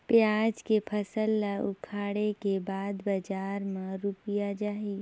पियाज के फसल ला उखाड़े के बाद बजार मा रुपिया जाही?